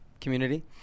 community